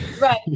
Right